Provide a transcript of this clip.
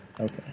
Okay